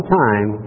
time